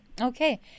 Okay